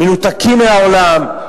מנותקים מהעולם,